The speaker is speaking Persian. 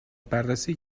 بررسی